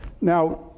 Now